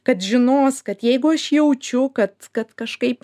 kad žinos kad jeigu aš jaučiu kad kad kažkaip